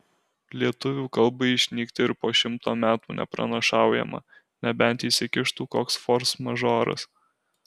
lietuvių kalbai išnykti ir po šimto metų nepranašaujama nebent įsikištų koks forsmažoras